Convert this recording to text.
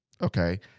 Okay